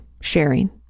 sharing